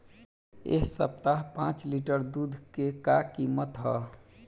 एह सप्ताह पाँच लीटर दुध के का किमत ह?